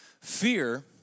Fear